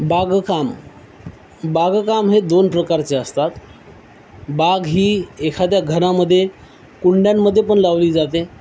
बागकाम बागकाम हे दोन प्रकारचे असतात बाग ही एखाद्या घरामध्ये कुंड्यांमध्येपण लावली जाते